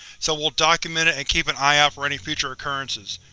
so we'll document it and keep an eye out for any future occurrences.